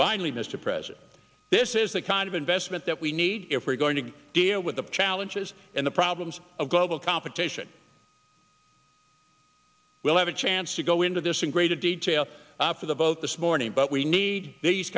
binary mr president this is the kind of investment that we need if we're going to deal with the challenges and the problems of global competition we'll have a chance to go into this in greater detail for the vote this morning but we need these